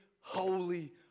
holy